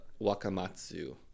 Wakamatsu